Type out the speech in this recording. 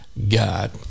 god